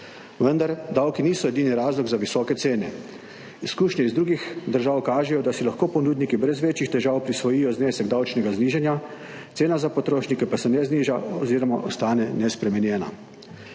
Vendar davki niso edini razlog za visoke cene. Izkušnje iz drugih držav kažejo, da si lahko ponudniki brez večjih težav prisvojijo znesek davčnega znižanja, cena za potrošnike pa se ne zniža oziroma ostane nespremenjena.